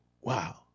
Wow